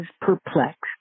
perplexed